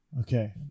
okay